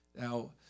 Now